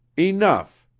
enough!